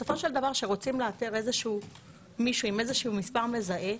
כשרוצים לאתר מישהו עם מספר מזהה,